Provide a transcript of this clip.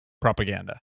propaganda